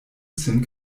sin